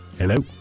Hello